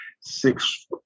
six